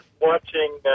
watching